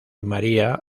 maría